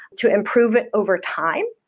to improve it over time.